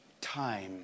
time